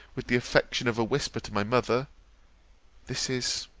with the affectation of a whisper to my mother this is